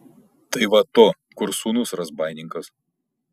tai va to kur sūnus razbaininkas